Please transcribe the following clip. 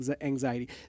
anxiety